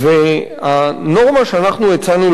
הנורמה שאנחנו הצענו להוסיף,